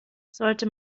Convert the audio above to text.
sollte